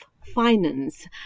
finance